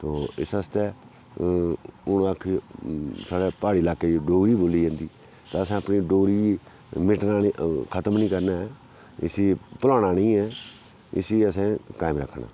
तो इस आस्तै हून आखन साढ़ै प्हाड़ी लाके डोगरी ही बोली जंदी ते असें अपनी डोगरी गी मिटना नि खतम नी करना ऐ इसी भलाना नी ऐ इसी असें कायम रक्खना